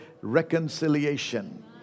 reconciliation